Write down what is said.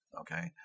okay